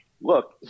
look